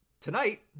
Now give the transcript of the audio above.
tonight